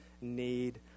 need